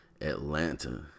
Atlanta